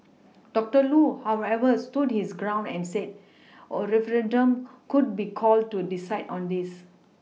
doctor Loo however stood his ground and said a referendum could be called to decide on this